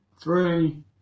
Three